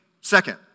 second